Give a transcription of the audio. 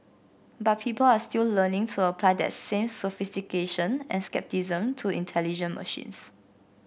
but people are still learning to apply that same sophistication and scepticism to intelligent machines